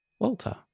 Walter